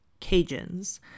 Cajuns